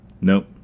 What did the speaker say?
Nope